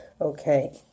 Okay